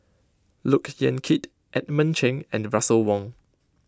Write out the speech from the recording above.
Look Yan Kit Edmund Cheng and Russel Wong